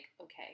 okay